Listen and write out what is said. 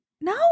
No